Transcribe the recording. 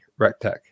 Rectech